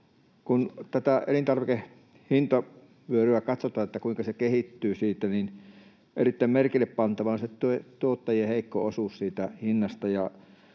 Kun tätä elintarvikehintavyöryä katsotaan, että kuinka se kehittyy siitä, niin erittäin merkillepantavaa on se tuottajien heikko osuus siitä hinnasta.